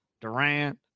Durant